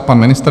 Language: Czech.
Pan ministr?